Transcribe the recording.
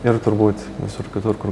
ir turbūt visur kitur kur